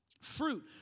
Fruit